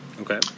Okay